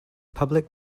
public